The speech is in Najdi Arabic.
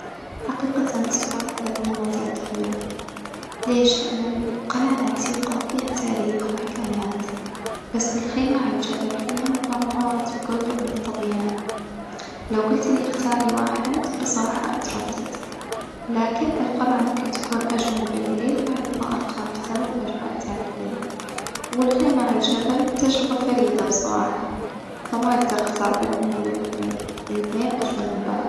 حقيقةً السؤال هذا فيه متع كبيرة، ليش؟ لإن القلعة العتيقة فيها تاريخ وحكايات، بس الخيمة على الجبل فيها مغامرات وجرب من الطبيعة، لو جلتلي اختاري واحد بصراحة أتردد، لكن القلعة ممكن تكون أجمل بليل مع الإضاءة الخافتة والأجواء التاريخية، والخيمة على الجبل تجربة فريدة بصراحة، فما أجدر أختار بينهم هم الاتنين، الاتنين أجمل من بعض.